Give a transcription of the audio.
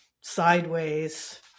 sideways